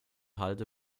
halde